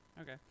Okay